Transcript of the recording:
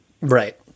Right